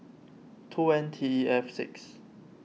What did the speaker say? two N T E F six